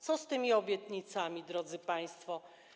Co z tymi obietnicami, drodzy państwo?